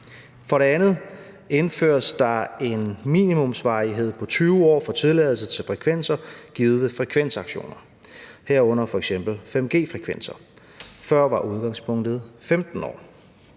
For det andet indføres der en minimumsvarighed på 20 år for tilladelse til frekvenser givet ved frekvensauktioner, herunder f.eks. 5G-frekvenser. Før var udgangspunktet 15 år.